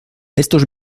estos